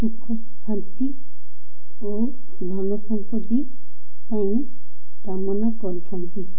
ସୁଖ ଶାନ୍ତି ଓ ଧନ ସମ୍ପତି ପାଇଁ କାମନା କରିଥାନ୍ତି